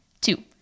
Two